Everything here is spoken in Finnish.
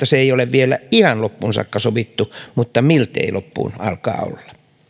se ei ole vielä ihan loppuun saakka sovittu mutta miltei loppuun alkaa olla